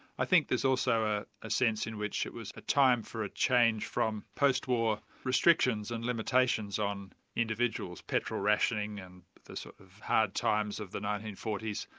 i think there's also ah a sense in which it was a time for a change from post-war restrictions and limitations on individuals petrol rationing, and the sort of hard times of the nineteen forty s.